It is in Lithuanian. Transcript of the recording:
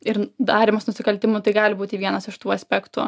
ir darymas nusikaltimų tai gali būti vienas iš tų aspektų